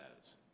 says